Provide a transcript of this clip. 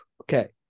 okay